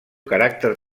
caràcter